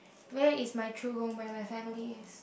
where is my true home where my family is